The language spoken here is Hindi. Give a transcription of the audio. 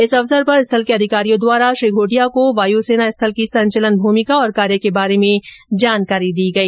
इस अवसर पर स्थल के अधिकारियों द्वारा श्री घोटिया को वायु सेना स्थल की संचलन भूमिका और कार्य के बारे में जानकारी दी गई